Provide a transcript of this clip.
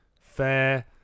fair